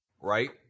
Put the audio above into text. right